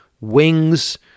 wings